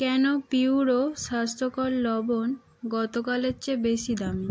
কেন পিউরো স্বাস্থ্যকর লবণ গতকালের চেয়ে বেশি দামী